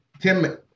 Tim